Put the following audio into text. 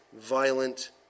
violent